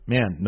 Man